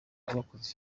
abakoze